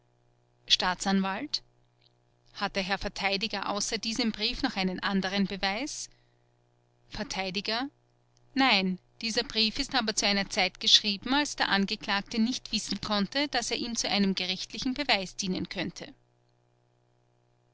staatsanwalt hat der herr verteidiger außer diesem brief noch einen anderen beweis vert nein dieser brief ist aber zu einer zeit geschrieben als der angeklagte nicht wissen konnte daß er ihm zu einem gerichtlichen beweis dienen könnte